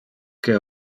que